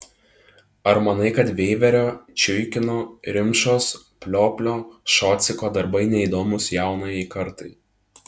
ar manai kad veiverio čiuikino rimšos plioplio šociko darbai neįdomūs jaunajai kartai